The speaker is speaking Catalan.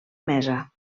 mesa